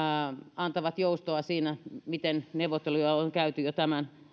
antavat joustoa siinä miten neuvotteluja on käyty jo tämän